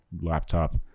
laptop